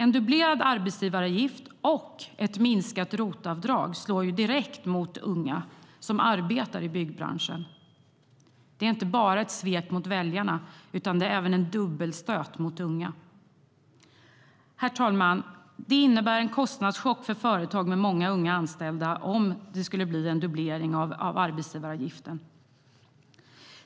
En dubblerad arbetsgivaravgift och ett minskat ROT-avdrag slår direkt mot unga som arbetar i byggbranschen. Det är inte bara ett svek mot väljarna. Det är dessutom en dubbelstöt mot unga. Herr talman! Det skulle innebära en kostnadschock för företag med många unga anställda om det blev en dubblering av arbetsgivaravgiften.